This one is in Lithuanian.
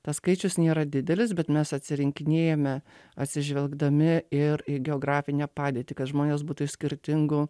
tas skaičius nėra didelis bet mes atsirinkinėjome atsižvelgdami ir į geografinę padėtį kad žmonės būtų iš skirtingų